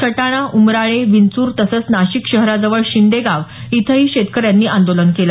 सटाणा उमराळे विंचूर तसंच नाशिक शहराजवळ शिंदे गाव इथंही शेतकऱ्यांनी आंदोलन केल